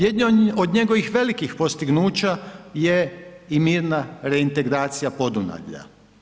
Jedno od njegovih velikih postignuća je i mirna reintegracija Podunavlja.